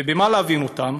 במה להבין אותם?